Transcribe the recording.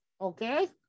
okay